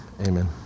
amen